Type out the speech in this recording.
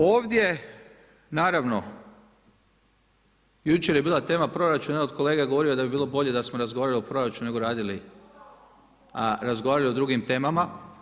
Ovdje naravno, jučer je bila tema proračuna, evo kolega je govorio da bi bilo bolje da smo razgovarali o proračunu nego radili, razgovarali o drugim temama.